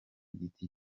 giti